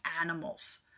animals